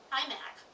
iMac